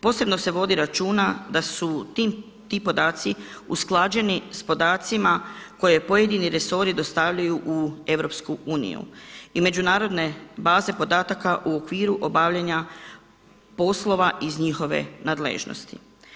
Posebno se vodi računa da su ti podaci usklađeni s podacima koje pojedini resori dostavljaju u EU i međunarodne baze podataka u okviru obavljanja poslova iz njihove nadležnosti.